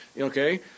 Okay